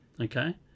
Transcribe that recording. Okay